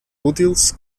útils